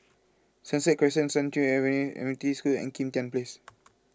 Sunset Crescent San Yu adven Adventist School and Kim Tian Place